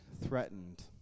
threatened